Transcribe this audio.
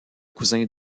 cousin